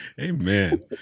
Amen